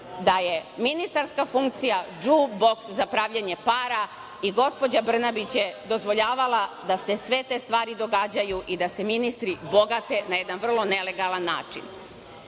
da je ministarska funkcija džuboks za pravljenje para i gospođa Brnabić je dozvoljavala da se sve te stvari događaju i da se ministri bogate na jedan vrlo nelegalan način. Ja